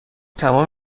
تمام